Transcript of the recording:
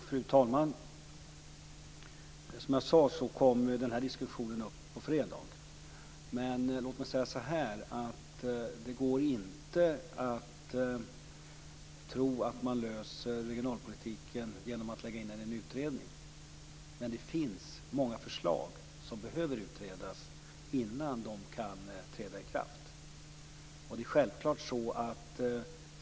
Fru talman! Som jag sade kommer denna diskussion upp på fredag. Men det går inte att tro att man kommer till rätta med regionalpolitiken genom att tillsätta en utredning. Men det finns många förslag som behöver utredas innan de kan förverkligas.